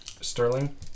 Sterling